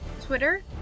Twitter